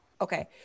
Okay